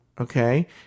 Okay